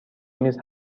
میز